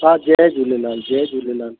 हा जय झूलेलाल जय झूलेलाल